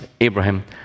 Abraham